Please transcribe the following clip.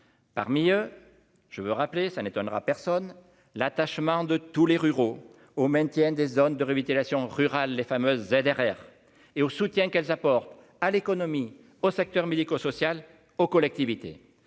parmi eux je veux rappeler ça n'étonnera personne, l'attachement de tous les ruraux au maintien des zones de révélations rural, les fameuses ZRR et au soutien qu'elles apportent à l'économie au secteur médico-social aux collectivités